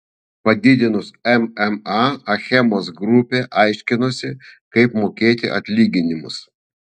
padidinus mma achemos grupė aiškinosi kaip mokėti atlyginimus